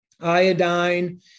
iodine